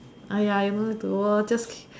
uh ya able to wo~ just keep